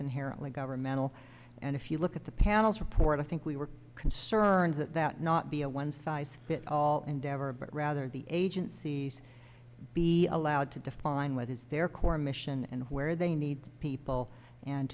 inherently governmental and if you look at the panel's report i think we were concerned that not be a one size fits all endeavor but rather the agencies be allowed to define what is their core mission and where they need people and